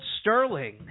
Sterling